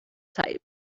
type